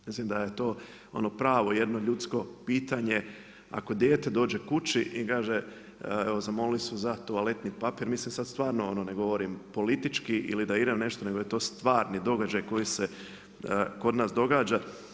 Mislim da je to ono pravo jedno ljudsko pitanje, ako dijete dođe kući i kaže evo zamolili su za toaletni papir, mislim sada stvarno ne govorim politički ili da idem nešto nego je to stvarni događaj koji se kod nas događa.